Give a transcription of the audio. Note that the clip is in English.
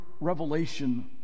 revelation